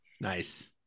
Nice